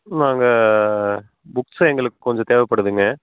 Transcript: நாங்கள் புக்ஸாக எங்களுக்கு கொஞ்சம் தேவைப்படுதுங்க